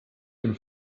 dem